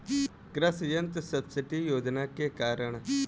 कृषि यंत्र सब्सिडी योजना के कारण?